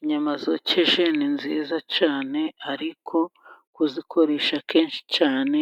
Inyama zokeje ni nziza cyane, ariko kuzikoresha kenshi cyane